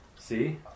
See